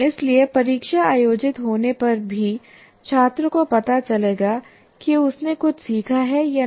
इसलिए परीक्षा आयोजित होने पर ही छात्र को पता चलेगा कि उसने कुछ सीखा है या नहीं